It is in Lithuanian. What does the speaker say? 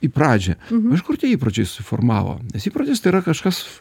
į pradžią iš kur tie įpročiai susiformavo nes įprotis tai yra kažkas